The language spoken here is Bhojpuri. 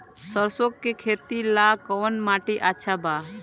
सरसों के खेती ला कवन माटी अच्छा बा?